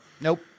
nope